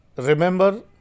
Remember